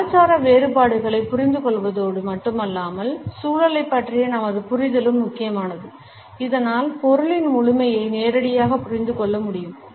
கலாச்சார வேறுபாடுகளைப் புரிந்துகொள்வதோடு மட்டுமல்லாமல் சூழலைப் பற்றிய நமது புரிதலும் முக்கியமானது இதனால் பொருளின் முழுமையை நேரடியாக புரிந்து கொள்ள முடியும்